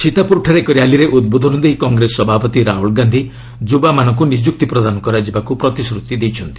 ସୀତାପୁରଠାରେ ଏକ ର୍ୟାଲିରେ ଉଦ୍ବୋଧନ ଦେଇ କଂଗ୍ରେସ ସଭାପତି ରାହୁଲ୍ ଗାନ୍ଧି ଯୁବାମାନଙ୍କୁ ନିଯୁକ୍ତି ପ୍ରଦାନ କରିବାକୁ ପ୍ରତିଶ୍ରତି ଦେଇଛନ୍ତି